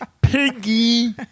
Piggy